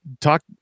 talk